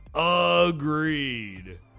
agreed